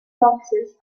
foxes